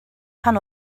pan